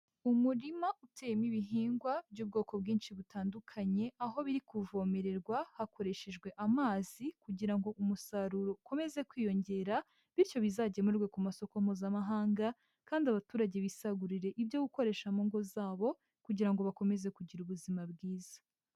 Umurima uteyemo ibihingwa by'ubwoko bwinshi butandukanye, aho biri kuvomererwa hakoreshejwe amazi kugira ngo umusaruro ukomeze kwiyongera, bityo bizagemurwe ku masoko mpuzamahanga kandi abaturage bisagurire ibyo gukoresha mu ngo zabo, kugira ngo bakomeze kugira ubuzima bwiza.